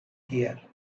here